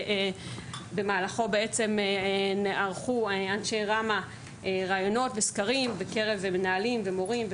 במהלכו ערכו אנשי ראמ"ה ראיונות וסקרים בקרב מנהלים ומורים,